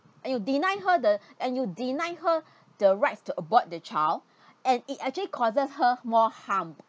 and you deny her the and you deny her the rights to abort the child and it actually causes her more harm